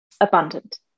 abundant